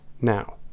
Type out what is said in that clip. now